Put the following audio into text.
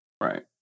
Right